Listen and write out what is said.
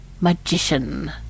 magician